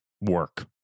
work